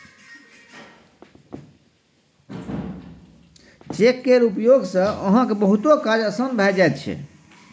cheque केर उपयोग सँ अहाँक बहुतो काज आसान भए जाइत छै